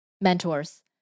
mentors